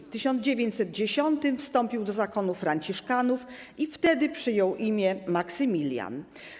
W 1910 r. wstąpił do zakonu franciszkanów i wtedy przyjął imię Maksymilian.